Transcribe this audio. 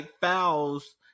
fouls